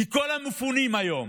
כי כל המפונים היום,